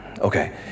okay